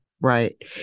Right